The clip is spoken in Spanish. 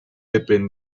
dependen